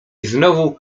znowu